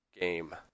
game